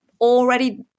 already